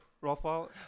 Rothwell